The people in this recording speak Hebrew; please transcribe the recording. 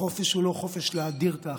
החופש הוא לא חופש להדיר את האחר.